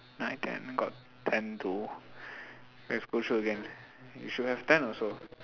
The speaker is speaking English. nine ten got ten though let's go through again you should have ten also